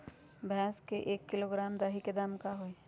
भैस के एक किलोग्राम दही के दाम का होई?